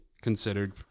considered